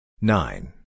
nine